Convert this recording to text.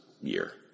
year